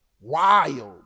wild